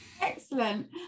Excellent